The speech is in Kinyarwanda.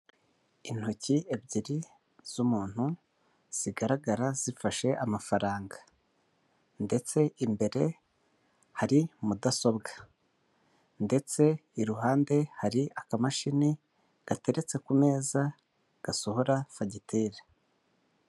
Intoki ebyiri z'umuntu zigaragara zifashe amafaranga ndetse imbere hari mudasobwa ndetse iruhande hari akamashini gateretse ku meza gasohora fagitire.